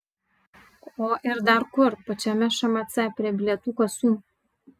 o ir dar kur pačiame šmc prie bilietų kasų